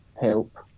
help